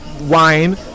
wine